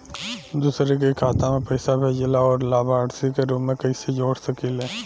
दूसरे के खाता में पइसा भेजेला और लभार्थी के रूप में कइसे जोड़ सकिले?